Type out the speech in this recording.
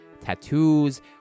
Tattoos